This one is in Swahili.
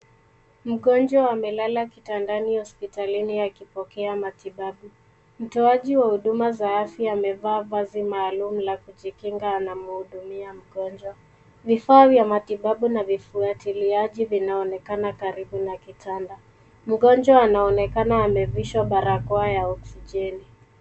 Mgonjwa amelala kitandani hospitalini akipokea matibabu. Mtoaji wa huduma za afya amevaa vazi maalum za kujikinga anapomhudumia mgonjwa. Vifaa vya matibabu na vifuatiliaji vinaonekana karibu na kitanda, mgonjwa anaonekana amevishwa barakoa ya oxigeni.